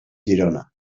girona